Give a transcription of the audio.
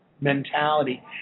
mentality